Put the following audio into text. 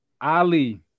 ali